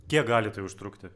kiek gali tai užtrukti